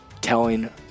telling